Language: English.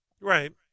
Right